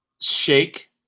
Shake